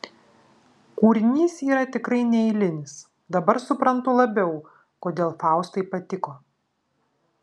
kūrinys yra tikrai neeilinis dabar suprantu labiau kodėl faustai patiko